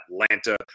Atlanta